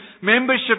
membership